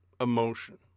emotion